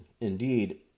Indeed